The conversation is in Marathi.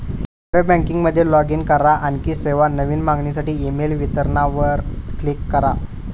इंटरनेट बँकिंग मध्ये लाॅग इन करा, आणखी सेवा, नवीन मागणीसाठी ईमेल विवरणा वर क्लिक करा